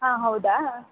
ಹಾಂ ಹೌದಾ